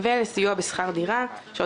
ו-8.5 מיליון לסיוע בשכר דירה,